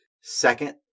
Second